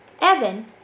Evan